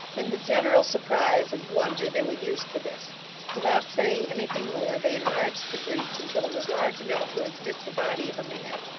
in the general surprise and wonder, they were used to this without saying anything more, they enlarged the breach until it was large enough to admit the body of a man,